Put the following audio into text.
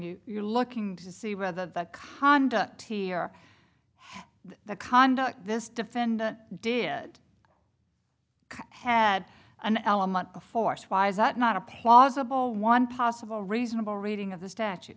you you're looking to see whether the conduct here the conduct this defendant did had an element of force why is that not a plausible one possible reasonable reading of the statute